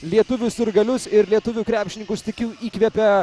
lietuvių sirgalius ir lietuvių krepšininkus tikiu įkvėpė